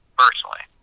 personally